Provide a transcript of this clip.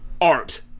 art